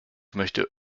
möchte